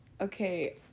Okay